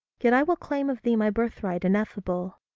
yet i will claim of thee my birthright ineffable.